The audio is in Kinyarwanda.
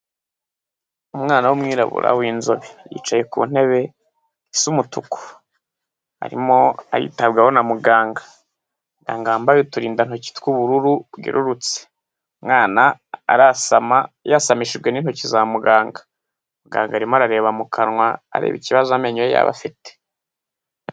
Umwana w'umwirabura w'inzobe. Yicaye ku ntebe isa umutuku. Arimo aritabwaho na muganga. Muganga wambaye uturindantoki tw'ubururu bwerurutse. Umwana arasama yasamishijwe n'intoki za muganga. Muganga arimo arareba mu kanwa, areba ikibazo amenyo ye yaba afite.